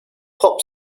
pop